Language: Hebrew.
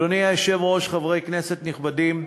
אדוני היושב-ראש, חברי כנסת נכבדים,